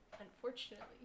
unfortunately